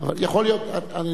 אני לא מתווכח על עניין זה,